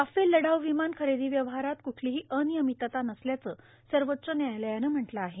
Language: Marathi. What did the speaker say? राफेल लढाऊ र्विमान खरेदो व्यवहारात कुठलोही र्आनर्यामतता नसल्याचं सर्वाच्च न्यायालयानं म्हटलं आहे